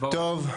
טוב.